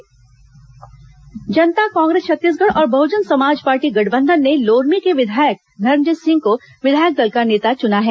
जकांछ बसपा नेता जनता कांग्रेस छत्तीसगढ़ और बहुजन समाज पार्टी गठबंधन ने लोरमी के विधायक धर्मजीत सिंह को विधायक दल का नेता चुना है